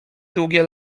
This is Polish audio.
długie